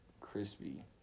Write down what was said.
Crispy